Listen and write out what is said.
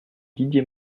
didier